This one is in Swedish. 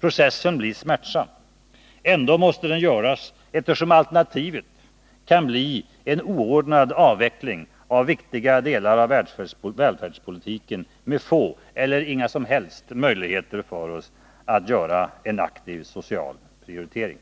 Processen blir smärtsam. Ändå måste den göras, eftersom alternativet kan bli en oordnad avveckling av viktiga delar av välfärdspolitiken med få eller inga som helst möjligheter till att göra en aktiv social prioritering.